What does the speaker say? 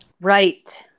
Right